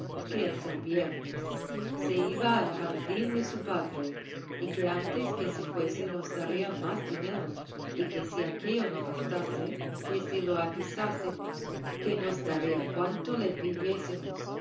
que es el viernes se iba al jardín de su padre y que antes que se fuese nos daría más dinero y que si aquello no bastase que se lo avisásemos que nos daría cuanto le